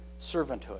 servanthood